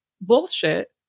bullshit